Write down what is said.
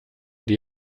die